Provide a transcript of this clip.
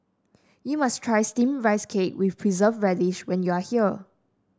you must try steamed Rice Cake with Preserved Radish when you are here